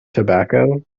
tobacco